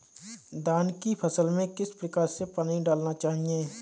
धान की फसल में किस प्रकार से पानी डालना चाहिए?